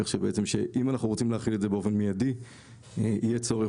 כך שאם אנחנו רוצים להחיל את זה באופן מיידי יהיה צורך